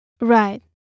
Right